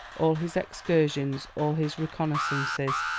all his excursions, all his reconnaissances,